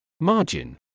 Margin